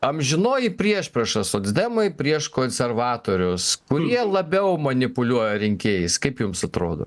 amžinoji priešprieša socdemai prieš konservatorius kurie labiau manipuliuoja rinkėjais kaip jums atrodo